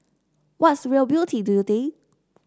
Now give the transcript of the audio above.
what's real beauty do you think